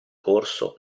corso